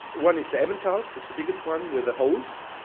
one is the emmental. it's the biggest one with the holes.